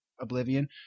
Oblivion